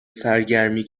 سرگرمی